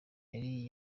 yari